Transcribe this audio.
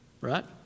right